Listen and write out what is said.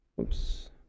oops